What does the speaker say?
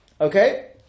Okay